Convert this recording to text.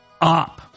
up